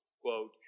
quote